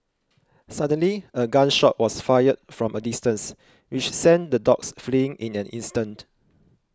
suddenly a gun shot was fired from a distance which sent the dogs fleeing in an instant